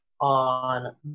on